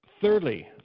thirdly